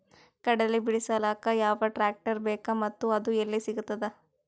ಕಡಲಿ ಬಿಡಿಸಲಕ ಯಾವ ಟ್ರಾಕ್ಟರ್ ಬೇಕ ಮತ್ತ ಅದು ಯಲ್ಲಿ ಸಿಗತದ?